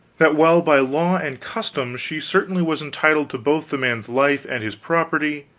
that while by law and custom she certainly was entitled to both the man's life and his property,